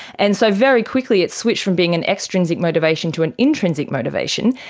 and so very quickly it switched from being an extrinsic motivation to an intrinsic motivation.